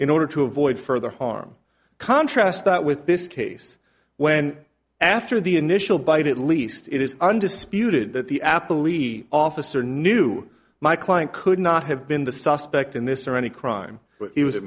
in order to avoid further harm contrast that with this case when after the initial bite at least it is undisputed that the apple e g officer knew my client could not have been the suspect in this or any crime it was